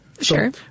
sure